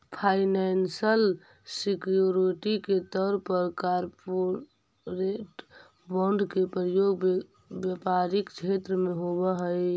financial security के तौर पर कॉरपोरेट बॉन्ड के प्रयोग व्यापारिक क्षेत्र में होवऽ हई